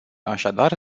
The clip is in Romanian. așadar